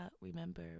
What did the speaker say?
remember